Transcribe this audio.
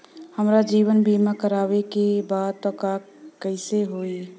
हमार जीवन बीमा करवावे के बा त कैसे होई?